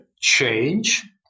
change